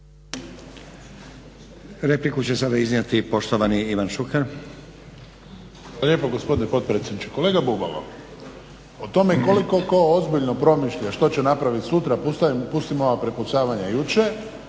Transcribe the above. Repliku će sada iznijeti poštovani Ivan Šuker. **Šuker, Ivan (HDZ)** Hvala lijepo gospodine potpredsjedniče. Kolega Bubalo, o tome koliko tko ozbiljno promišlja što će napraviti sutra, pustimo ova prepucavanja jučer